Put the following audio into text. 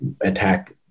attack